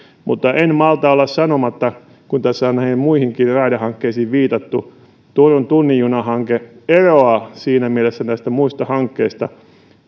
mutta en malta olla sanomatta kun tässä on näihin muihinkin raidehankkeisiin viitattu että turun tunnin juna hanke eroaa siinä mielessä näistä muista hankkeista